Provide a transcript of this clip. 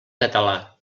català